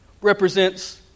represents